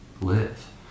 live